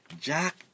Jack